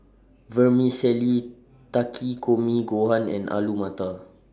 Vermicelli Takikomi Gohan and Alu Matar